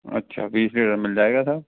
अच्छा बीस लीटर मिल जाएगा सर